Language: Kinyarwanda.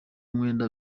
mwenda